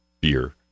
beer